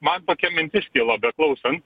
man tokia mintis kilo beklausant